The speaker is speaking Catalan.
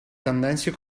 tendència